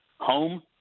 home